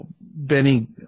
Benny